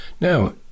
Now